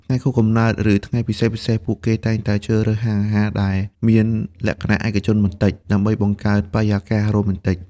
ក្នុងថ្ងៃខួបកំណើត ឬថ្ងៃពិសេសៗ ពួកគេតែងតែជ្រើសរើសហាងអាហារដែលមានលក្ខណៈឯកជនបន្តិច ដើម្បីបង្កើតបរិយាកាសរ៉ូមែនទិក។